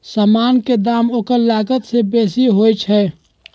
समान के दाम ओकर लागत से बेशी होइ छइ